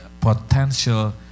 potential